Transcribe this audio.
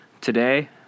Today